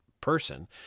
person